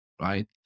right